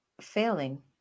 Failing